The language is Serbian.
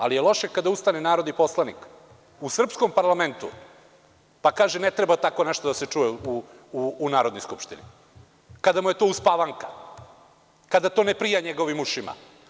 Ali je loše kada ustane narodni poslanik u srpskom parlamentu, pa kaže – ne treba tako nešto da se čuje u Narodnoj skupštini, kada mu je to uspavanka, kada to ne prija njegovim ušima.